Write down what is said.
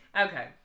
Okay